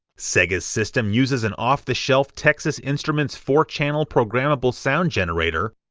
sega's system uses an off-the-shelf texas instruments four channel programmable sound generator,